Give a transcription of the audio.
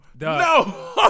no